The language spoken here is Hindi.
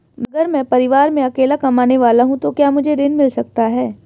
अगर मैं परिवार में अकेला कमाने वाला हूँ तो क्या मुझे ऋण मिल सकता है?